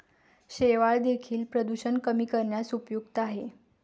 शेवाळं देखील प्रदूषण कमी करण्यास उपयुक्त आहे